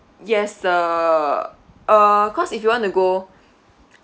yes err uh cause if you want to go